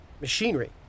machinery